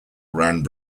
around